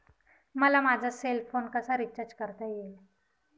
मला माझा cell phone कसा रिचार्ज करता येईल?